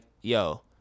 yo